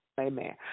Amen